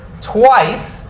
twice